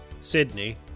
Sydney